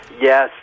Yes